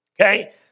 Okay